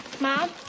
Mom